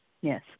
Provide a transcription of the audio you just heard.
Yes